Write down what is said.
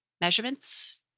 Measurements